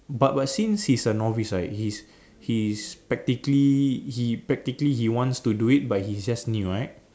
but but since he is a novice right he's he's practically he practically he wants to do it but he's just new right